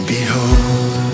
Behold